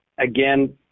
again